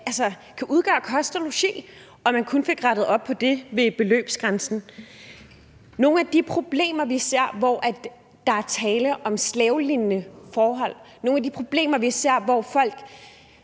kan udgøre kost og logi, og at man kun fik rettet op på det ved beløbsgrænsen. Nogle af de problemer, vi ser, hvor der er tale om slavelignende forhold, nogle af de problemer, vi ser, hvor folk